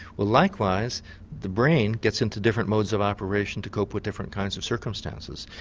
well likewise the brain gets in to different modes of operation to cope with different kinds of circumstances.